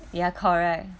yeah correct